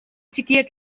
txikiek